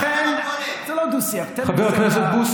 לכן, אבל עם הלמ"ס